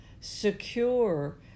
secure